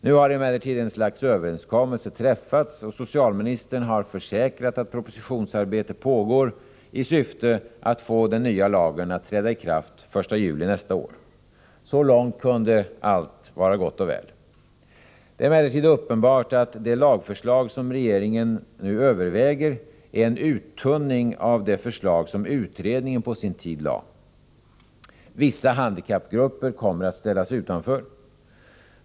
Nu har emellertid ett slags överenskommelse träffats, och socialministern har försäkrat att propositionsarbete pågår i syfte att få den nya lagen att träda i kraft den 1 juli nästa år. Så långt kunde allt vara gott och väl. Det är emellertid uppenbart att det lagförslag som regeringen nu överväger är en uttunning av det förslag som utredningen på sin tid lade fram. Vissa handikappgrupper kommer att ställas utanför.